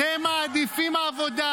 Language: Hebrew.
אתם מעדיפים עבודה